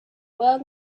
well